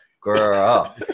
girl